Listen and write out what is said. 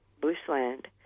bushland